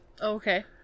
Okay